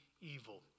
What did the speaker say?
evil